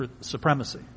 supremacy